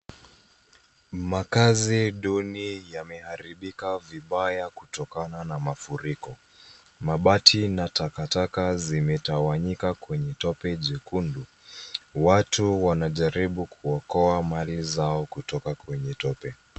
Makazi duni yameharibika vibaya kutokana na mafuriko. Mabati na takataka zimetawanyika kwenye tope jekundu. Watu wanajaribu kuokoa mali zao kutoka kwenye tope.